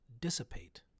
dissipate